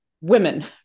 women